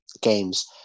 games